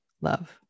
love